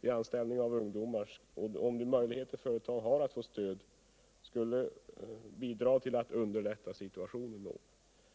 vid anställning av ungdomar och om de möjligheter företag har att få stöd skulle kunna bidra till att underlätta situationen något.